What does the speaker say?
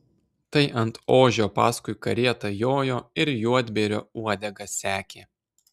tai ant ožio paskui karietą jojo ir juodbėrio uodegą sekė